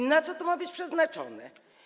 A na co to ma być przeznaczone?